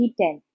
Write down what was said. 2010